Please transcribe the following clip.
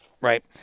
right